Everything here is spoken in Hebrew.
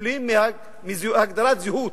סובלים מהגדרת זהות,